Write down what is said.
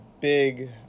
big